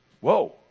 whoa